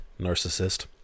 Narcissist